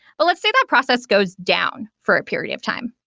but let's say that process goes down for a period of time,